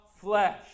flesh